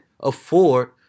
Afford